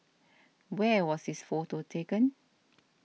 where was this photo taken